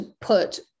put